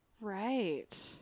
Right